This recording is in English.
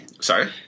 Sorry